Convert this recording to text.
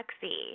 sexy